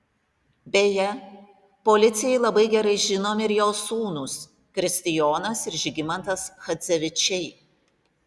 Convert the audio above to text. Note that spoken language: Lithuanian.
beje policijai labai gerai žinomi ir jo sūnūs kristijonas ir žygimantas chadzevičiai